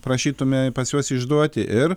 prašytume pas juos išduoti ir